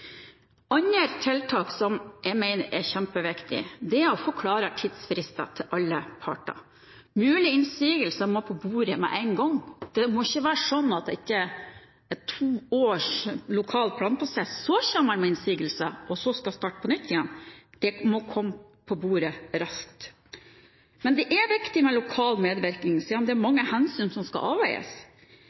Andre tiltak som jeg mener er kjempeviktig, er å få klare tidsfrister for alle parter. Mulige innsigelser må på bordet med en gang. Det må ikke være sånn at etter to års lokal planprosess kommer man med innsigelser og må starte på nytt. Det må komme på bordet raskt. Men det er viktig med lokal medvirkning siden det er mange hensyn som skal avveies.